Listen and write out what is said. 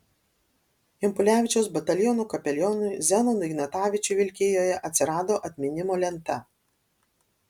impulevičiaus batalionų kapelionui zenonui ignatavičiui vilkijoje atsirado atminimo lenta